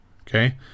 Okay